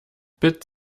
bit